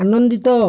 ଆନନ୍ଦିତ